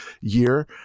year